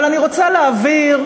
אבל אני רוצה להבהיר,